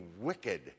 wicked